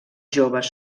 joves